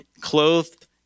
clothed